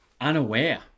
unaware